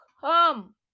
Come